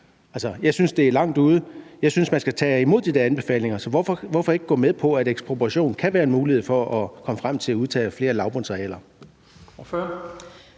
jeg synes, det er langt ude. Jeg synes, man skal tage imod de der anbefalinger. Hvorfor ikke gå med på, at ekspropriation kan være en mulighed for at komme frem til at udtage flere lavbundsarealer?